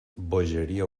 bogeria